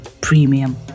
premium